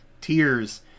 tears